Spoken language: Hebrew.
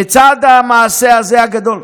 לצד המעשה הזה, הגדול,